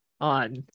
on